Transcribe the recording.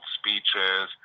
speeches